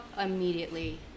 immediately